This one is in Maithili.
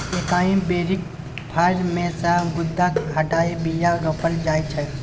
एकाइ बेरीक फर मे सँ गुद्दा हटाए बीया रोपल जाइ छै